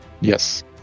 Yes